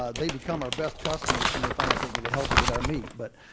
ah they become our best customers when they find out they can get healthy with our meat, but